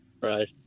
Right